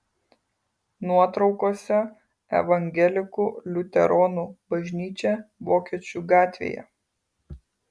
nuotraukose evangelikų liuteronų bažnyčia vokiečių gatvėje